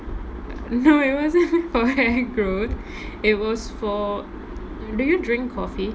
no it wasn't for hair growth it was for do you drink coffee